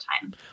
time